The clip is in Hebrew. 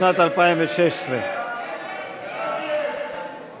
לשנת 2016. ההסתייגויות לסעיף